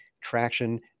traction